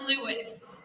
Lewis